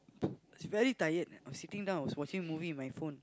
it's very tired I was sitting down I was watching movie with my phone